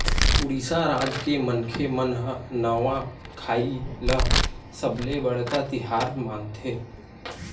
उड़ीसा राज के मनखे मन ह नवाखाई ल सबले बड़का तिहार मानथे